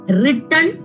written